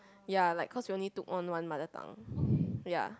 ya like cause we only took one mother tongue ya